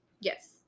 Yes